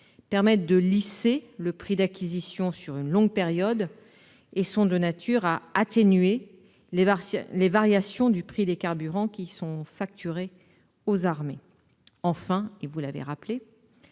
permettent de lisser le prix d'acquisition sur une longue période et d'atténuer les variations du prix des carburants facturé aux armées. Enfin, vous l'avez rappelé,